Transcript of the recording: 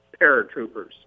paratroopers